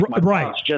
Right